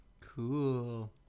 Cool